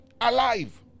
alive